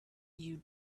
you